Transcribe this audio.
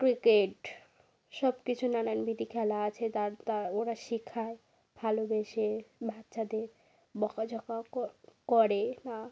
cricket সব কিছু নানানবিধি খেলা আছে তার ওরা শিখায় ভালোবেসে বাচ্চাদের বকাঝকাও করে না